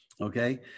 Okay